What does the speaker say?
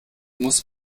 muss